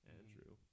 Andrew